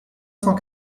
cent